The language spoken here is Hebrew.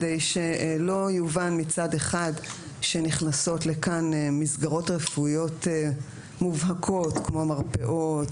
כדי שלא יובן מצד אחד שנכנסות לכאן מסגרות רפואיות מובהקות כמו מרפאות,